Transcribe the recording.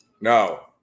No